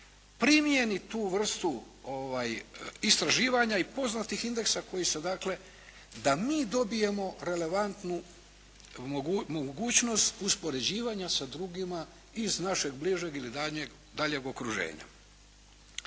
primijeni tu vrstu istraživanja i poznatih indeksa koji su dakle, da mi dobijemo relevantnu mogućnost uspoređivanja sa drugima iz našeg bližeg ili daljeg okruženja.